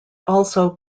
also